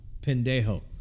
Pendejo